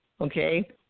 okay